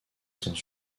sans